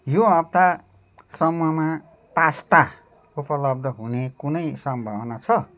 यो हप्तासम्ममा पास्ता उपलब्ध हुने कुनै सम्भावना छ